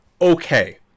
okay